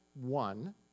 one